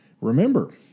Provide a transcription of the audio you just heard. Remember